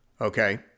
Okay